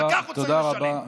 ועל כך הוא צריך לשלם.